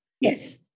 Yes